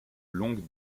longue